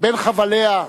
בין חבליה: